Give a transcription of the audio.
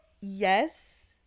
Yes